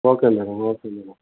okay madam okay madam